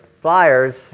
flyers